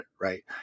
Right